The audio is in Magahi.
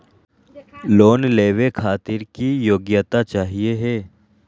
लोन लेवे खातीर की योग्यता चाहियो हे?